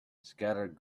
scattered